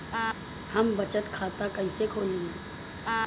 हम बचत खाता कइसे खोलीं?